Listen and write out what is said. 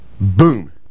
Boom